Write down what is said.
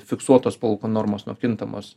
fiksuotos palūkanų normos nuo kintamos